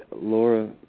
Laura